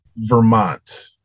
vermont